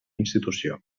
institució